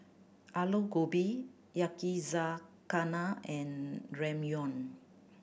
Alu Gobi Yakizakana and Ramyeon